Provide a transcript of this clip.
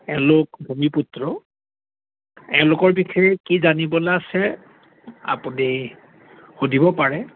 এওঁলোক ভূমি পুত্ৰ এওঁলোকৰ বিষয়ে কি জানিবলৈ আছে আপুনি সুধিব পাৰে